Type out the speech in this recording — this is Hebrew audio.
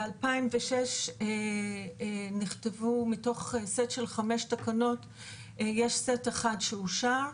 ב-2006 מתוך סט של חמש תקנות יש סט אחד שאושר,